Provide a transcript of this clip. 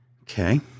Okay